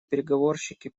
переговорщики